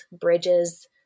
bridges